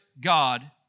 God